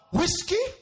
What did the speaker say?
Whiskey